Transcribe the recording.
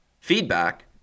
feedback